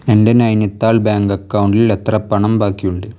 എൻ്റെ നൈനിത്താൾ ബാങ്ക് അക്കൗണ്ടിൽ എത്ര പണം ബാക്കിയുണ്ട്